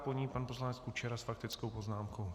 Po ní pan poslanec Kučera s faktickou poznámkou.